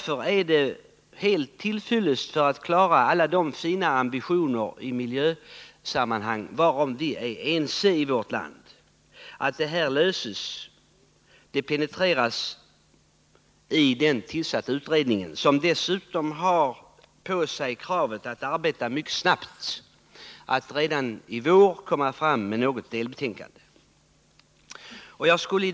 För att klara alla de fina ambitioner i miljösammanhang, om vilka vi är ense i vårt land, är det helt till fyllest, att förslagen i motionerna penetreras av utredningen, som dessutom har kravet på sig att arbeta mycket snabbt och redan i vår komma fram med något delbetänkande.